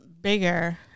bigger